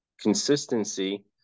consistency